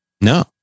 No